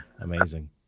Amazing